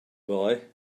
boy